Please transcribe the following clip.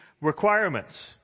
requirements